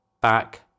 back